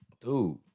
dude